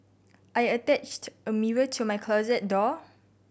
I attached a mirror to my closet door